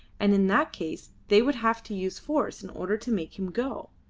and in that case they would have to use force in order to make him go.